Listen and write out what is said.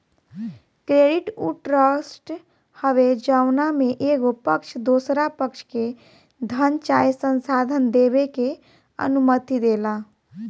credit उ trust हवे जवना में एगो पक्ष दोसरा पक्ष के धन चाहे संसाधन देबे के अनुमति देला